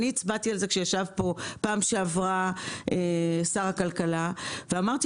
בפעם שעברה ישב כאן שר הכלכלה ואמרתי